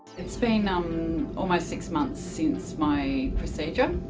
it's been um almost six months since my procedure.